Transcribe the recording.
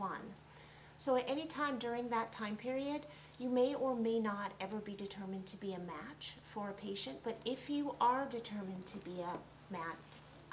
one so any time during that time period you may or may not ever be determined to be a match for a patient but if you are determined to be a match